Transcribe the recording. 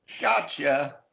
gotcha